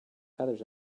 feathers